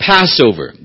Passover